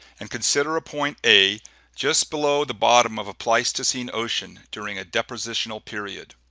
and consider a point a just below the bottom of a pleistocene ocean during a depositional period.